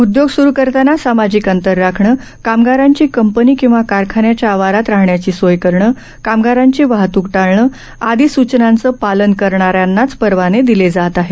उद्योग सुरू करताना सामाजिक अंतर राखणे कामगारांची कंपनी किंवा कारखान्याच्या आवारात राहण्याची सोय करणे कामगारांची वाहतूक टाळणे आदी सूचनांचे पालन करणाऱ्यांनाच परवाने दिले जात आहेत